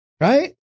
right